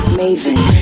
Amazing